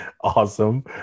awesome